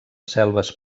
selves